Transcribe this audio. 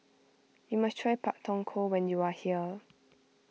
you must try Pak Thong Ko when you are here